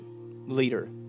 leader